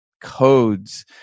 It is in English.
codes